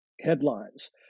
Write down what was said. headlines